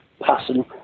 passing